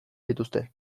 dituzte